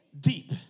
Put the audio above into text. deep